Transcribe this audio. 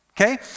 okay